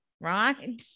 right